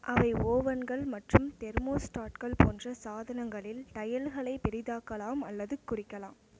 அவை ஓவன்கள் மற்றும் தெர்மோஸ்டாட்கள் போன்ற சாதனங்களில் டயல்களை பெரிதாக்கலாம் அல்லது குறிக்கலாம்